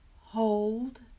hold